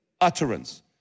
utterance